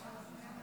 שניים